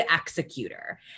executor